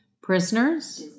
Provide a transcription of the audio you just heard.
Prisoners